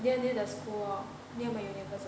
near near the school lor near my neighbours